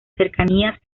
cercanías